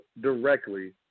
directly